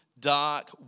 dark